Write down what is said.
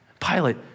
Pilate